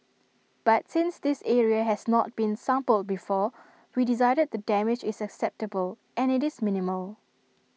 but since this area has not been sampled before we decided the damage is acceptable and IT is minimal